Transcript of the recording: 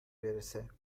برسه